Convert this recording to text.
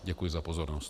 Děkuji za pozornost.